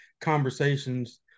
conversations